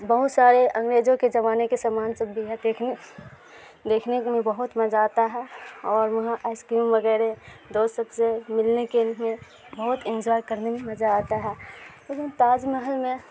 بہت سارے انگریزوں کے زمانے کے سامان سب بھی ہے دیکھنے دیکھنے کے میں بہت مزہ آتا ہے اور وہاں آئس کریم وغیرہ دوست سے ملنے کے لئے بہت انجوائے کرنے میں مزہ آتا ہے لیکن تاج محل میں